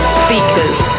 speakers